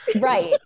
Right